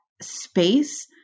space